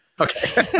Okay